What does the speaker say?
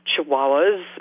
Chihuahuas